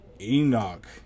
Enoch